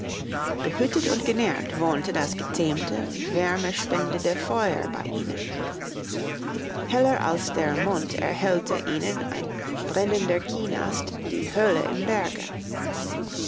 behütet und genährt wohnte das gezähmte wärme spendende feuer bei ihnen heller als der mond erhellte ihnen ein brennender kienast die höhle im berge